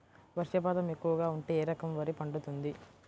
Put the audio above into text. వర్షపాతం ఎక్కువగా ఉంటే ఏ రకం వరి పండుతుంది?